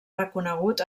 reconegut